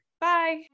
Bye